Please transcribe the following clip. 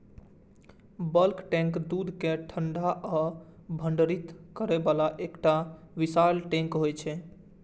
bulk tank दूध कें ठंडा आ भंडारित करै बला एकटा विशाल टैंक होइ छै